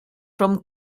from